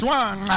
one